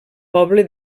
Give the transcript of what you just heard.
poble